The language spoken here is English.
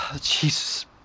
Jesus